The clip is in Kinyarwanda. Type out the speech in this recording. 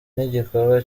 n’igikorwa